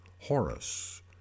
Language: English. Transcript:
horace